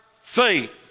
faith